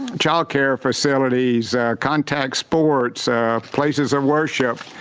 childcare facilities are contact sports, our places of worship.